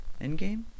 endgame